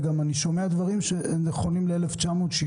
ואני גם שומע דברים שנכונים ל-1960.